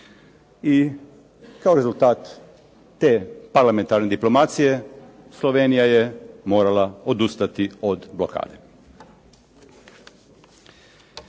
I kao rezultat te parlamentarne diplomacije Slovenija je morala odustati od blokade.